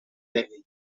lei